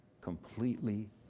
completely